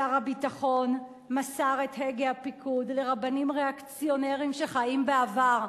שר הביטחון מסר את הגה הפיקוד לרבנים ריאקציונרים שחיים בעבר.